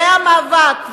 זה המאבק,